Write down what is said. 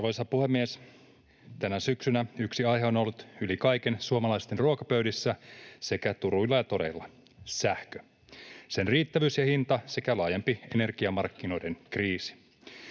Arvoisa puhemies! Tänä syksynä yksi aihe on ollut yli kaiken suomalaisten ruokapöydissä sekä turuilla ja toreilla: sähkö, sen riittävyys ja hinta sekä laajempi energiamarkkinoiden kriisi.